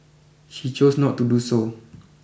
she chose not to do so